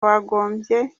wagombye